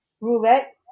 roulette